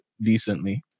decently